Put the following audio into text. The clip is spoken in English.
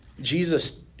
Jesus